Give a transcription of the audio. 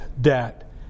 debt